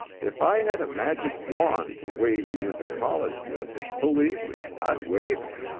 if i had a magic wand to wave you into college with, believe me, i'd wave it.